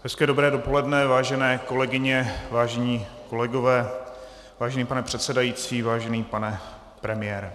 Hezké dobré dopoledne, vážené kolegyně, vážení kolegové, vážený pane předsedající, vážený pane premiére.